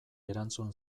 erantzun